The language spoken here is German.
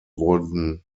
wurden